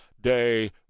day